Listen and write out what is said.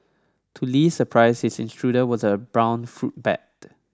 to Li's surprise his intruder was a brown fruit bat